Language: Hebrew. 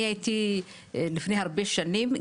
אני הייתי לפני הרבה שנים,